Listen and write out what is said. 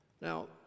Now